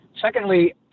Secondly